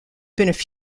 have